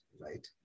right